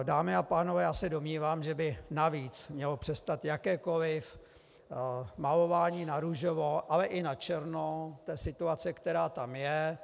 Dámy a pánové, já se domnívám, že by navíc mělo přestat jakékoliv malování narůžovo, ale i načerno, té situace, která tam je.